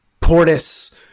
Portis